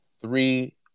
three